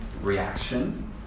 reaction